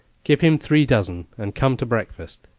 give him three dozen and come to breakfast.